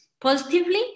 positively